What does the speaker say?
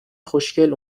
خوشگل